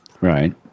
Right